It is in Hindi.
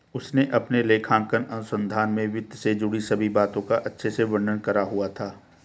उसने अपने लेखांकन अनुसंधान में वित्त से जुड़ी सभी बातों का अच्छे से वर्णन करा हुआ था